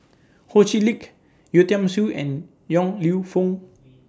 Ho Chee Lick Yeo Tiam Siew and Yong Lew Foong